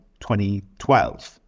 2012